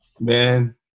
Man